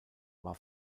war